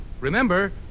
Remember